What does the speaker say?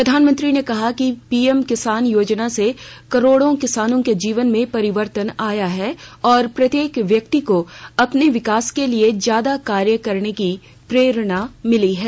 प्रधानमंत्री ने कहा कि पीएम किसान योजना से करोडों किसानों के जीवन में परिवर्तन आया है और प्रत्येक व्यक्ति को अपने विकास के लिए ज्यादा कार्य करने की प्ररेणा मिली है